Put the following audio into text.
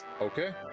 Okay